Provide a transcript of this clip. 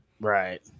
Right